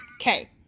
Okay